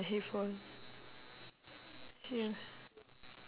so which one can we talk the non tick ones or the tick one